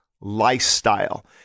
lifestyle